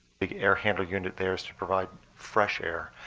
big air handle unit there is to provide fresh air.